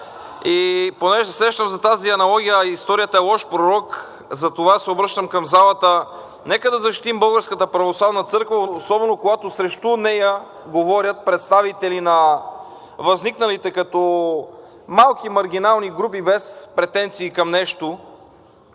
И понеже се сещам за тази аналогия, историята е лош пророк, затова се обръщам към залата. Нека да защитим Българската православна църква, особено когато срещу нея говорят представители на възникналите като малки маргинални групи, без претенции към нещо.